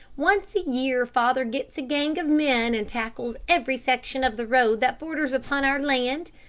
once a year, father gets a gang of men and tackles every section of the road that borders upon our land,